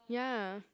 ya